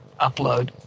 Upload